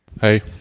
Hey